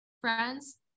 Friends